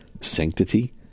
sanctity